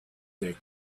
they